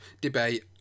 debate